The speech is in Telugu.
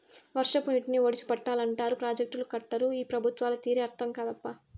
వర్షపు నీటిని ఒడిసి పట్టాలంటారు ప్రాజెక్టులు కట్టరు ఈ పెబుత్వాల తీరే అర్థం కాదప్పా